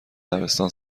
دبستان